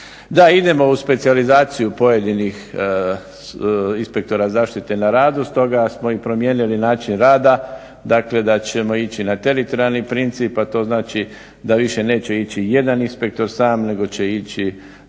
idemo u specijalizaciju pojedinih inspektora zaštite na radu, stoga smo i promijenili način rada, dakle da ćemo ići na teritorijalni princip, a to znači da više neće ići jedan inspektor sam nego će ići